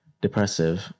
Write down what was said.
depressive